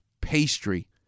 pastry